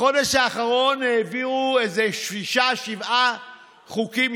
בחודש האחרון העבירו איזה שישה-שבעה חוקים,